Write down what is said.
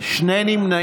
בעד, 95, שני נמנעים.